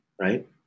right